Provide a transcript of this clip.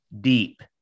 Deep